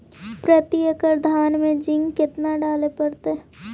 प्रती एकड़ धान मे जिंक कतना डाले पड़ताई?